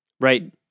Right